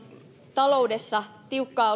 taloudessa tiukkaa